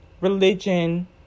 religion